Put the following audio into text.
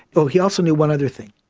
so he also knew one other thing.